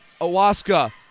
Awaska